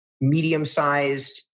medium-sized